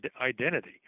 identity